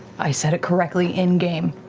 i said correctly in game.